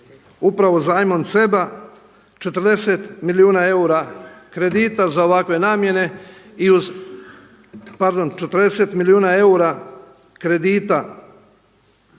upravo zajmom CEB-a 40 milijuna eura kredita za ovakve namjene i uz, pardon 40 milijuna eura kredita